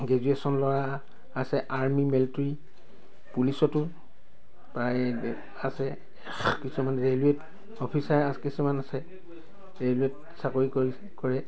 graduation লোৱা আছে army military পুলিচতো প্ৰায় আছে কিছুমান ৰে'লুৱে'ত অফিচাৰ কিছুমান আছে ৰে'লুৱে'ত চাকৰি কৰি কৰে